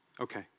Okay